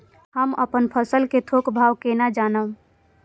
हम अपन फसल कै थौक भाव केना जानब?